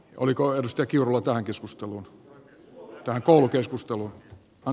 oliko edustaja kiurulla tähän koulukeskusteluun